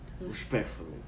Respectfully